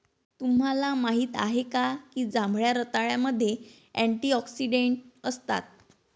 तुम्हाला माहित आहे का की जांभळ्या रताळ्यामध्ये अँटिऑक्सिडेंट असतात?